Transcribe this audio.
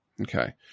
Okay